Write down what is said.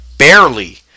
Barely